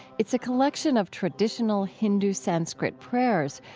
it's a collection of traditional hindu sanskrit prayers,